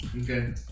Okay